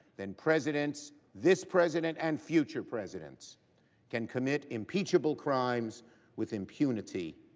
then presidents, this president and future presidents can commit impeachable crimes with impunity.